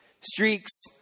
Streaks